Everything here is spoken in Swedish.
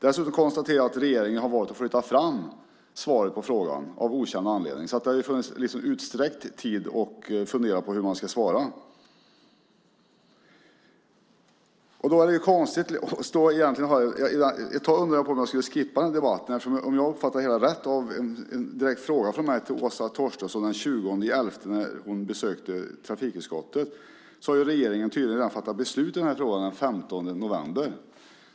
Dessutom konstaterar jag att regeringen har valt att flytta fram svaret på interpellationen, av okänd anledning, så det har funnits utsträckt tid att fundera på hur man ska svara. Ett tag undrade jag om jag skulle skippa debatten. Om jag uppfattade det hela rätt när Åsa Torstensson svarade på en direkt fråga från mig den 20 november när hon besökte trafikutskottet hade regeringen tydligen fattat beslut i den här frågan redan den 15 november.